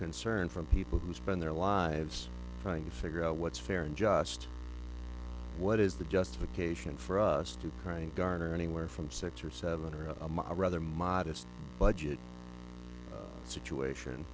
concern from people who spend their lives trying to figure out what's fair and just what is the justification for us to kind garner anywhere from six or seven or up a rather modest budget situation